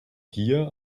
dir